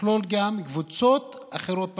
שתכלול גם קבוצות אחרות בחברה,